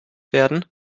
werden